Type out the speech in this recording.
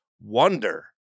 wonder